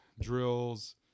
drills